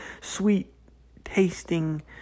sweet-tasting